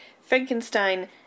Frankenstein